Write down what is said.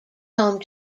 home